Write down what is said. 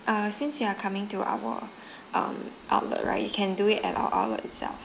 uh since you are coming to our um outlet right you can do it at our outlet itself